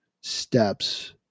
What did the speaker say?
steps